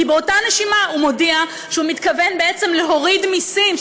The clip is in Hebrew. כי באותה נשימה הוא מודיע שהוא מתכוון בעצם להוריד מיסים,